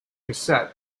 cassette